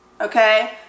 Okay